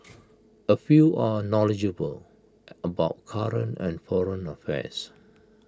A few are knowledgeable about current and foreign affairs